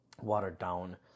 watered-down